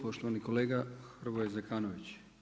Poštovani kolega Hrvoje Zekanović.